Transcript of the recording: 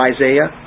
Isaiah